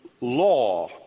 law